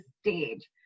stage